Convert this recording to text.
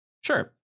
Sure